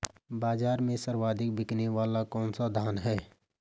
बाज़ार में सर्वाधिक बिकने वाला कौनसा धान है?